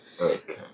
Okay